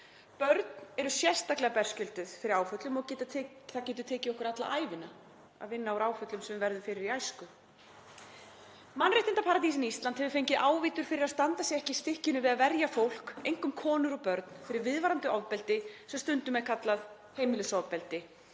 Börn eru sérstaklega berskjölduð fyrir áföllum og það getur tekið okkur alla ævina að vinna úr áföllum sem við verðum fyrir í æsku. Mannréttindaparadísin Ísland hefur fengið ávítur fyrir að standa sig ekki í stykkinu við að verja fólk, einkum konur og börn, fyrir viðvarandi ofbeldi sem stundum er kallað heimilisofbeldi